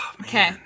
Okay